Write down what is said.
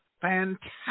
Fantastic